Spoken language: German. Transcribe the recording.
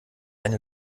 eine